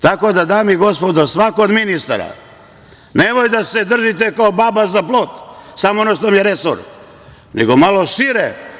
Dame i gospodo, svako od ministara, nemoj da se držite ko baba za plot, samo ono što vam je resor, nego malo šire.